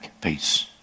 peace